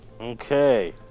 Okay